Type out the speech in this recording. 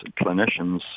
clinicians